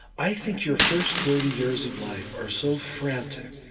i think your first thirty years of life are so frantic,